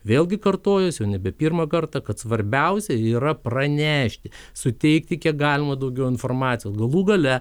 vėl gi kartojuosi jau nebe pirmą kartą kad svarbiausia yra pranešti suteikti kiek galima daugiau informacijos galų gale